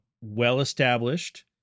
well-established